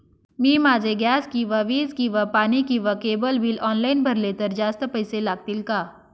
मी माझे गॅस किंवा वीज किंवा पाणी किंवा केबल बिल ऑनलाईन भरले तर जास्त पैसे लागतील का?